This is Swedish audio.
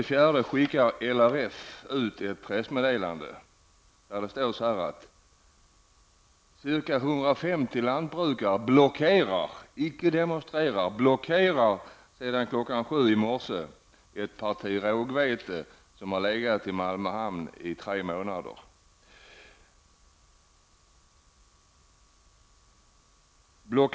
Den 20 april skickade LRF ut ett pressmeddelande där det stod: Ca 150 lantbrukare blockerar -- icke demonstrerar -- sedan kl. 7 i morse ett parti rågvete som har legat i Malmö hamn i tre månader.